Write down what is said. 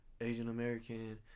Asian-American